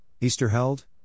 Easterheld